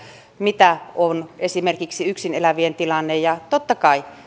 mitä on esimerkiksi yksin elävien tilanne ja totta kai